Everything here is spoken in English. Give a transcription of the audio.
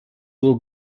will